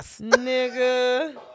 nigga